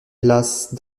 place